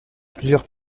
plusieurs